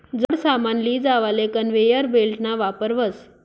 जड सामान लीजावाले कन्वेयर बेल्टना वापर व्हस